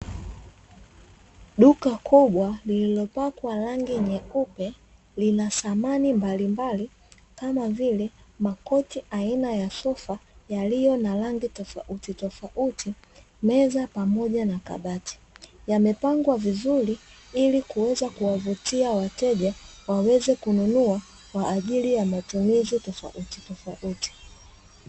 Duka kubwa lililopakwa rangi nyeupe, lina samani mbalimbali kama vile makochi aina ya sofa yaliyo na rangi tofauti tofauti, meza pamoja na kabati. Yamepangwa vizuri ili kuweza kuwavutia wateja waweze kununua kwa ajili ya matumizi tofautitofauti.